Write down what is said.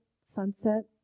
sunset